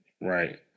right